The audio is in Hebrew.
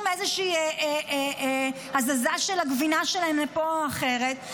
איזושהי הזזה של הגבינה שלהם לפה או אחרת.